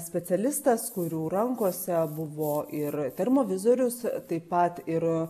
specialistas kurių rankose buvo ir termovizorius taip pat ir